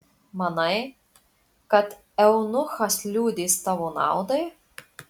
manai kad eunuchas liudys tavo naudai